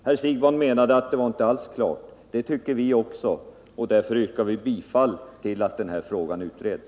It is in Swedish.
Herr Siegbahn menade att det inte alls var klart på den punkten. Det tycker vi också, och därför yrkar vi bifall till förslaget om att den här frågan utreds.